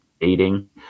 dating